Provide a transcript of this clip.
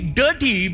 dirty